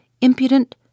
impudent